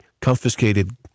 confiscated